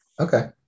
Okay